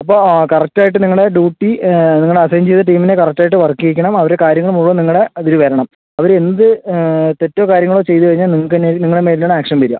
അപ്പോൾ കറക്റ്റ് ആയിട്ട് നിങ്ങളെ ഡ്യൂട്ടി നിങ്ങൾ അസൈൻ ചെയ്ത ടീമിനെ കറക്റ്റ് ആയിട്ട് വർക്ക് ചെയ്യിക്കണം അവരെ കാര്യങ്ങള് മുഴുവൻ നിങ്ങളെ ഇതില് വരണം അവര് എന്ത് തെറ്റോ കാര്യങ്ങളോ ചെയ്ത് കഴിഞ്ഞാൽ നിങ്ങൾക്കു തന്നെ ആയിരിക്കും നിങ്ങളെ മേലിൽ ആണ് ആക്ഷൻ വരുക